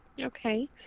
okay